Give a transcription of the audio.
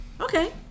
Okay